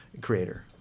creator